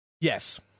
Yes